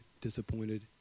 disappointed